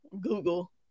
Google